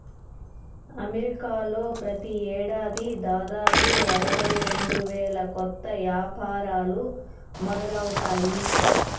అమెరికాలో ప్రతి ఏడాది దాదాపు అరవై రెండు వేల కొత్త యాపారాలు మొదలవుతాయి